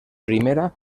primera